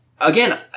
Again